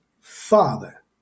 father